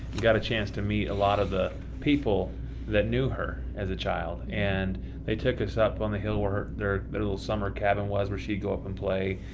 got a chance to meet a lot of the people that knew her as a child. and they took us up on the hill where their little summer cabin was where she'd go up and play.